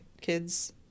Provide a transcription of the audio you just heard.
kids